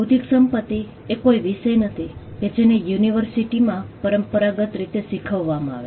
બૌદ્ધિક સંપતિએ કોઈ વિષય નથી કે જેને યુનિવર્સિટીમાં પરંપરાગત રીતે શીખવવામાં આવે